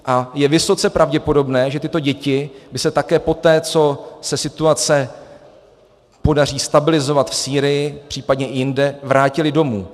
A je vysoce pravděpodobné, že tyto děti by se také poté, co se situace podaří stabilizovat v Sýrii, případně i jinde, vrátily domů.